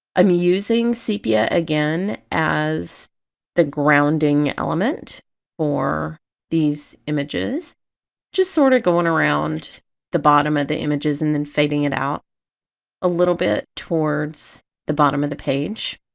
i'm using sepia again as the grounding element for these images just sort of going around the bottom of the images and then fading it out a little bit towards the bottom of the page.